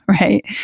Right